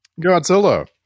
godzilla